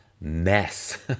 mess